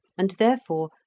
and therefore,